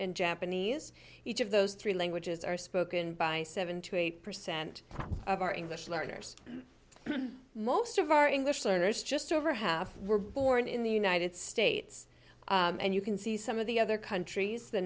and japanese each of those three languages are spoken by seven to eight percent of our english learners most of our english learners just over half were born in the united states and you can see some of the other countries the